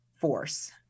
force